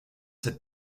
cette